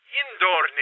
indoor